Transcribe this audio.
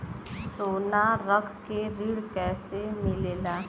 सोना रख के ऋण कैसे मिलेला?